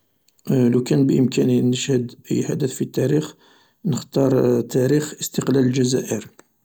لوكان بإمكاني نشهد أي حدث في التاريخ، نختار تاريخ استقلال الجزائر